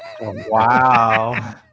Wow